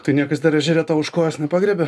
tai niekas dar ežere tau už kojos nepagriebė